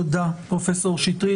תודה, פרופ' שטרית.